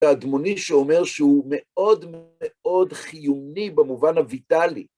האדמוני שאומר שהוא מאוד מאוד חיוני במובן הויטאלי.